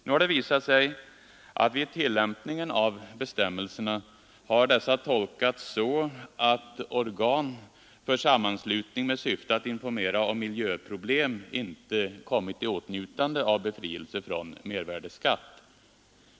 Nu har det visat sig att vid tillämpningen av bestämmelserna har dessa tolkats så, att organ för sammanslutning med syfte att informera om miljöproblem inte kommit i åtnjutande av befrielse från mervärdeskatt.